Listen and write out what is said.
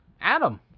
adam